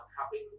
helping